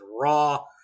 Raw